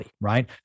right